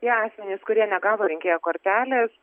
tie asmenys kurie negavo rinkėjo kortelės